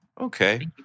Okay